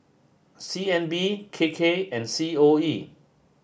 C N B K K and C O E